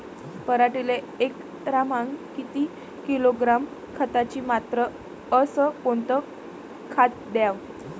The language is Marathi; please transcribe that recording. पराटीले एकरामागं किती किलोग्रॅम खताची मात्रा अस कोतं खात द्याव?